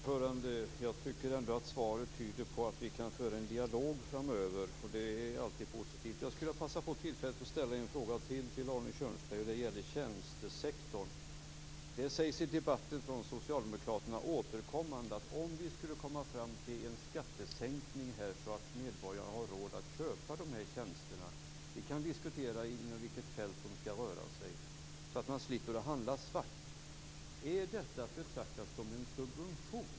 Fru talman! Jag tycker ändå att svaret tyder på att vi kan föra en dialog framöver, och det är alltid positivt. Jag skulle vilja passa på detta tillfälle att ställa ytterligare en fråga till Arne Kjörnsberg. Det gäller tjänstesektorn. Jag undrar över något som från socialdemokraternas sida återkommande sägs i debatten. Om vi skulle komma fram till en skattesänkning så att medborgarna har råd att köpa de här tjänsterna - vi kan diskutera vilket fält det skulle röra sig om - och slipper köpa dem svart, är det då att betrakta som en subvention?